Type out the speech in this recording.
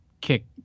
kick